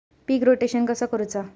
पीक rotation कसा करूचा?